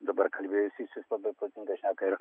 dabar kalbėjusysis labai patinka šneka ir